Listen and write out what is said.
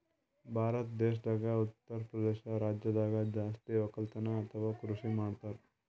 ಭಾರತ್ ದೇಶದಾಗ್ ಉತ್ತರಪ್ರದೇಶ್ ರಾಜ್ಯದಾಗ್ ಜಾಸ್ತಿ ವಕ್ಕಲತನ್ ಅಥವಾ ಕೃಷಿ ಮಾಡ್ತರ್